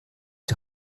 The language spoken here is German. die